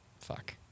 fuck